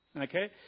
okay